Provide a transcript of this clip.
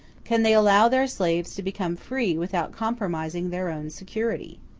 can they allow their slaves to become free without compromising their own security?